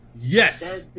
Yes